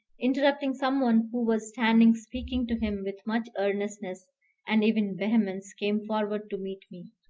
interrupting some one who was standing speaking to him with much earnestness and even vehemence, came forward to meet me.